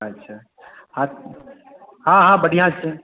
अच्छा हँ हँ हँ बढ़िआँ छै